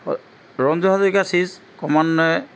Ranju Hazarika series ক্ৰমান্বয়ে